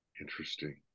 Interesting